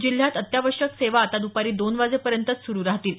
जिल्ह्यात अत्यावश्यक सेवा आता दपारी दोन वाजेपर्यंतच सुरु राहतील